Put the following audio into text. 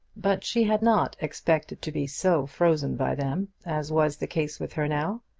but she had not expected to be so frozen by them as was the case with her now.